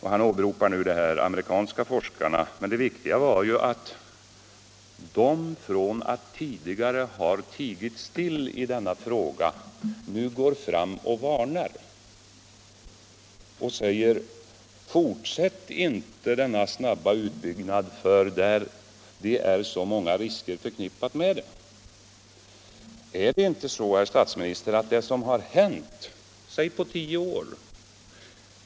Han åberopar nu amerikanska forskare. Men det viktiga är att dessa, från att tidigare ha tigit still i denna fråga, nu går fram med en varning: Fortsätt inte denna snabba utbyggnad, för det är så många risker förknippade med den! Är det inte så, herr statsminister, att mycket har hänt de senaste tio åren?